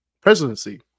presidency